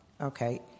Okay